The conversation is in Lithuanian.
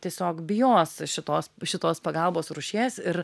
tiesiog bijos šitos šitos pagalbos rūšies ir